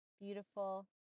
beautiful